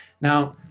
Now